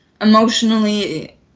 emotionally